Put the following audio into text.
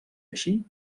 així